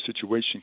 situation